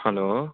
hello